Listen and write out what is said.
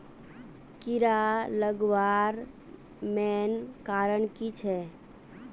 कीड़ा लगवार मेन कारण की छे?